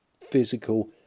physical